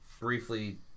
briefly